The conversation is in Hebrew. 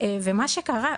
אני מיד נרשמתי.